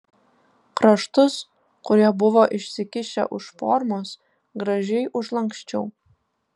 kraštus kurie buvo išsikišę už formos gražiai užlanksčiau